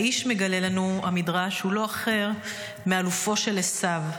האיש, מגלה לנו המדרש, הוא לא אחר מאלופו של עשו.